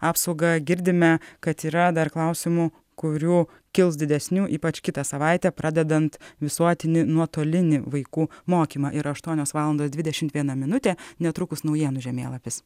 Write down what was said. apsaugą girdime kad yra dar klausimų kurių kils didesnių ypač kitą savaitę pradedant visuotinį nuotolinį vaikų mokymą yra aštuonios valandos dvidešimt viena minutė netrukus naujienų žemėlapis